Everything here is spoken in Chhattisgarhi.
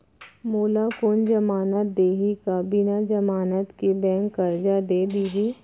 मोला कोन जमानत देहि का बिना जमानत के बैंक करजा दे दिही?